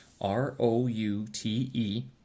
R-O-U-T-E